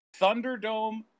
Thunderdome